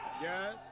Yes